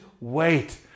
wait